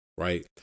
Right